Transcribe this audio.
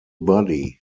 body